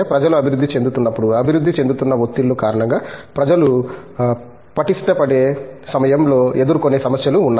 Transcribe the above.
ప్రజలు అభివృద్ధి చెందుతున్నప్పుడు అభివృద్ధి చెందుతున్న ఒత్తిళ్ల కారణంగా ప్రజలు పటిష్ట పడే సమయంలో ఎదుర్కొనే సమస్యలు ఉన్నాయి